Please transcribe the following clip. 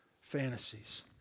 Fantasies